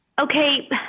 Okay